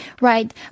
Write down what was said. Right